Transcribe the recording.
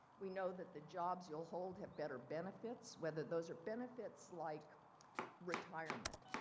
we know that the jobs you'll hold have better benefits. whether those are benefits like retirement.